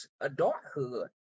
adulthood